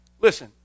Listen